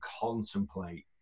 contemplate